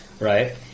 right